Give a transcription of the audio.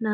na.